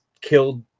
killed